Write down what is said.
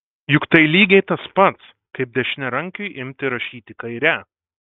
juk tai lygiai tas pats kaip dešiniarankiui imti rašyti kaire